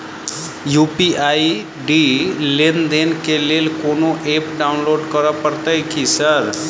UPI ID लेनदेन केँ लेल कोनो ऐप डाउनलोड करऽ पड़तय की सर?